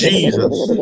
Jesus